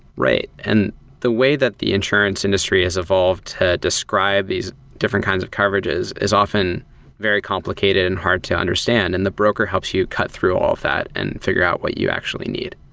right, and the way that the insurance industry has evolved to describe these different kinds of coverages is often very complicated and hard to understand, and the broker helps you cut through all of that and figure out what you actually need.